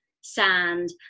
sand